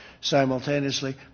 simultaneously